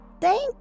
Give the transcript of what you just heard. thank